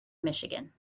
michigan